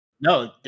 No